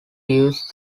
years